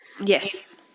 Yes